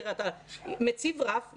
אתה מציב רף,